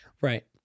Right